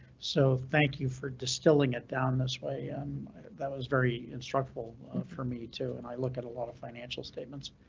so thank you for distilling it down this way. and that was very instructible for me too and i look at a lot of financial statements,